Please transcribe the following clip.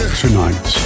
tonight